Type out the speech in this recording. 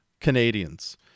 canadians